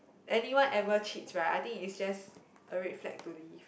anyone ever cheats right I think it's just a red flag to leave